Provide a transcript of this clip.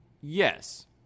Yes